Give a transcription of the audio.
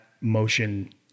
motion